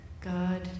God